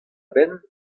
benn